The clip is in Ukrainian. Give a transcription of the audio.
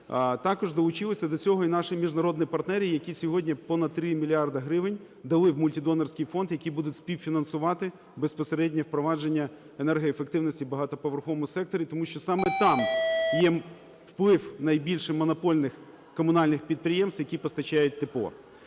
також долучилися до цього і наші міжнародні партнери, які сьогодні понад 3 мільярда гривень дали в мультидонорський фонд, які будуть співфінансувати безпосередньо впровадження енергоефективності в багатоповерховому секторі. Тому що саме там є вплив найбільше монопольних комунальних підприємств, які постачають